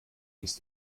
ist